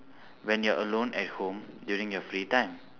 when you're alone at home during your free time